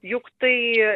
juk tai